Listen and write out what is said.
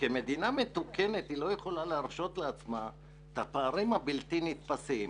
שכמדינה מתוקנת היא לא יכולה להרשות לעצמה את הפערים הבלתי נתפסים.